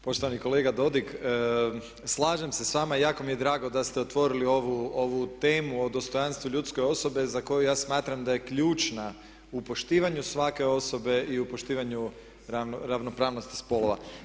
Poštovani kolega Dodig, slažem se s vama i jako mi je drago da ste otvorili ovu temu o dostojanstvu ljudske osobe za koju ja smatram da je ključna u poštivanju svake osobe i u poštivanju ravnopravnosti spolova.